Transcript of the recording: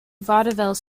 vaudeville